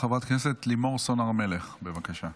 חברת הכנסת לימור סון הר מלך, בבקשה.